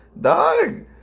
Dog